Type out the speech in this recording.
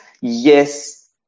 yes